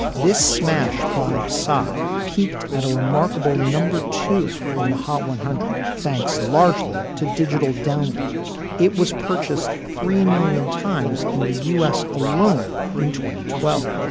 this smash by side peaked at a remarkable number two on the hot one hundred, thanks largely to digital downloads. it was purchased three million times in the u s. alone in twelve.